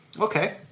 Okay